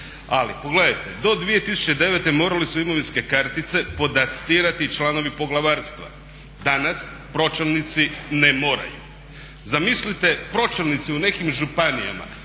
ali pogledajte do 2009.godine morali su imovinske kartice podastirati članovi poglavarstva, danas pročelnici ne moraju. Zamislite pročelnici u nekim županijama